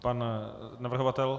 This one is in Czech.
Pan navrhovatel?